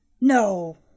No